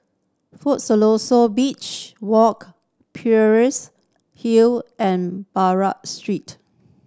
Siloso Beach Walk Peirce Hill and Buroh Street